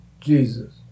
Jesus